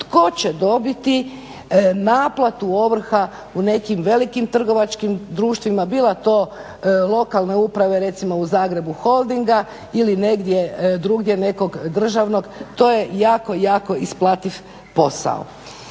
tko će dobiti naplatu ovrha u nekim velikim trgovačkim društvima bila to lokalna uprava recimo u Zagrebu Holdinga ili negdje drugdje nekog državnog, to je jako, jako isplativ posao.